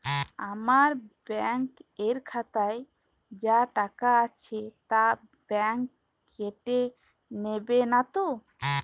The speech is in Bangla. আমার ব্যাঙ্ক এর খাতায় যা টাকা আছে তা বাংক কেটে নেবে নাতো?